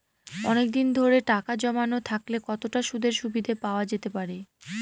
অনেকদিন ধরে টাকা জমানো থাকলে কতটা সুদের সুবিধে পাওয়া যেতে পারে?